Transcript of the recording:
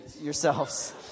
yourselves